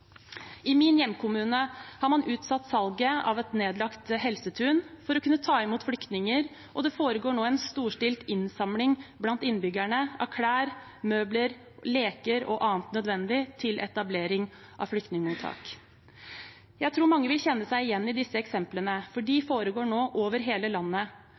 I min hjemkommune har man utsatt salget av et nedlagt helsetun for å kunne ta imot flyktninger, og det foregår nå en storstilt innsamling blant innbyggerne av klær, møbler, leker og annet nødvendig til etablering av flyktningmottak. Jeg tror mange vil kjenne seg igjen i disse eksemplene, for dette foregår nå over hele landet.